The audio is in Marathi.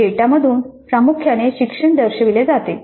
त्या डेटा मधून प्रामुख्याने शिक्षण दर्शविले जाते